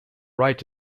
right